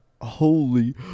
Holy